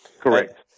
correct